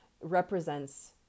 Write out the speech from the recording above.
represents